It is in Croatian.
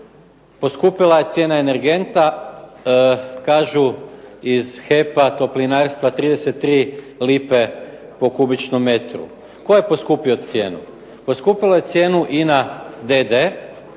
Poskupila je cijena energenta, kažu iz HEP-a, toplinarstva 33 lipe po kubičnom metru. Tko je poskupio cijenu? Poskupilo je cijenu "INA"